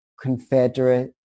confederate